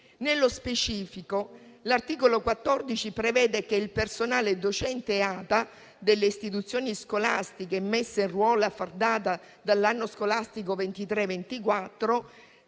Nello specifico, l'articolo 14 prevede che al personale docente e ATA delle istituzioni scolastiche messe in ruolo a far data dall'anno scolastico 23-24